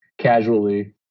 casually